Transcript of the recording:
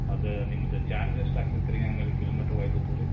ಅದು ನಿಮ್ದು ಚಾರ್ಜ್ ಎಷ್ಟು ಆಗ್ತೈತ್ರಿ ಆಮೇಲೆ ಕಿಲೋಮಿಟ್ರ್ ವೈಸ ತಗೋರಿ